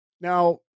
Now